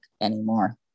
anymore